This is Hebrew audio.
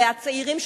והצעירים,